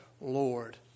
Lord